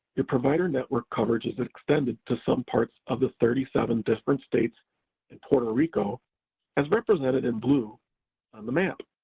your provider network coverage is extended to some parts of the thirty seven different states and puerto rico as represented in blue on the map.